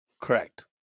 correct